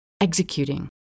executing